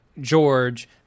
George